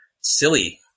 silly